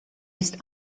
ist